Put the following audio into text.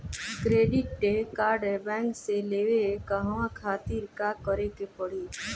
Credit card bank से लेवे कहवा खातिर का करे के पड़ी?